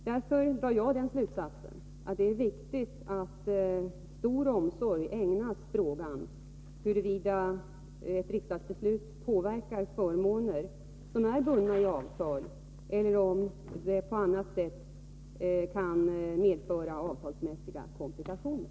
Därför drar jag den slutsatsen att det är viktigt att stor omsorg ägnas frågan huruvida ett riksdagsbeslut påverkar förmåner som är bundna av avtal, eller om det på annat sätt kan medföra avtalsmässiga komplikationer.